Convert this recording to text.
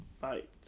fight